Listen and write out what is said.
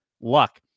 Luck